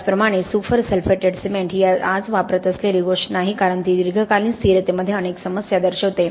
त्याचप्रमाणे super sulphated cement ही आज वापरात असलेली गोष्ट नाही कारण ती दीर्घकालीन स्थिरतेमध्ये अनेक समस्या दर्शवते